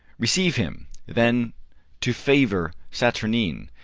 receive him then to favour, saturnine,